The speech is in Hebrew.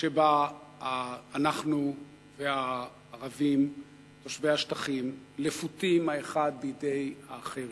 שבה אנחנו והערבים תושבי השטחים לפותים אחד בידי האחר